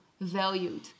valued